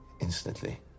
instantly